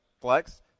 flex